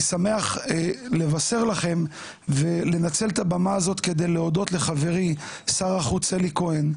אני שמח לבשר לכם ולנצל את הבמה הזאת כדי להודות לחברי שר החוץ אלי כהן,